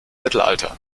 mittelalter